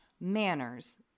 manners